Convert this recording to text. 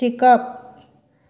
शिकप